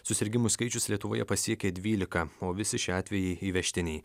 susirgimų skaičius lietuvoje pasiekė dvylika o visi šie atvejai įvežtiniai